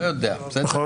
לא יודע --- נכון,